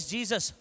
Jesus